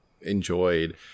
enjoyed